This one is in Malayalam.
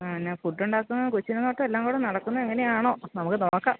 ആ എന്നാ ഫുഡ് ഉണ്ടാക്കുന്നതും കൊച്ചിനെ നോട്ടവും എല്ലാം കൂടെ നടക്കുന്നത് എങ്ങനെയാണോ നമുക്ക് നോക്കാം